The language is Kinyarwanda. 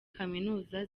kaminuza